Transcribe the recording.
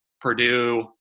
Purdue